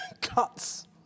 cuts